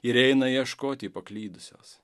ir eina ieškoti paklydusios